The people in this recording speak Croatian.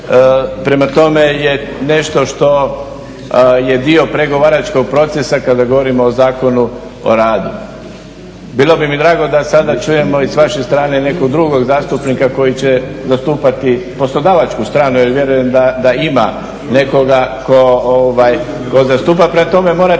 Prema tome je nešto što je dio pregovaračkog procesa kada govorimo o Zakonu o radu. Bilo bi mi drago da sada čujemo i sa vaše strane nekog drugog zastupnika koji će zastupati poslodavačku stranu jel vjerujem da ima nekoga tko zastupa, prema tome morate